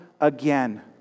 again